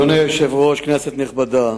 אדוני היושב-ראש, כנסת נכבדה,